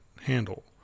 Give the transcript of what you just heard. handle